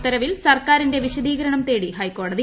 ഉത്തരവിൽ സർക്കാർതിന്റെ വിശദീകരണം തേടി ഹൈക്കോടതി